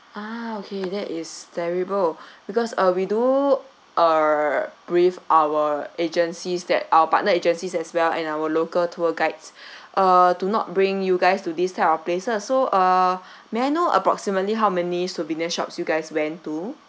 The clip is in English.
ah okay that is terrible because uh we do err brief our agencies that our partner agencies as well and our local tour guides uh to not bring you guys to these type of places so uh may I know approximately how many souvenir shops you guys went to